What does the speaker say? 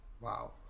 Wow